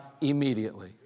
immediately